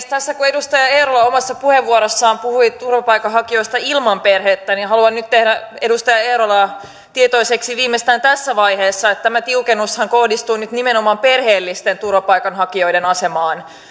tässä kun edustaja eerola omassa puheenvuorossaan puhui turvapaikanhakijoista ilman perhettä niin haluan nyt tehdä edustaja eerolaa tietoiseksi viimeistään tässä vaiheessa siitä että tämä tiukennushan kohdistuu nyt nimenomaan perheellisten turvapaikanhakijoiden asemaan